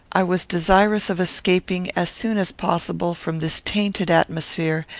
i was desirous of escaping, as soon as possible, from this tainted atmosphere,